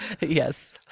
Yes